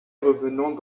revenant